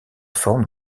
forme